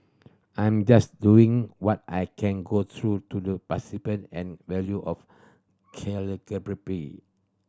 I'm just doing what I can grow to the and value of calligraphy